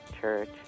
Church